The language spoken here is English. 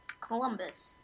Columbus